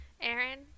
Aaron